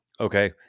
okay